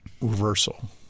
reversal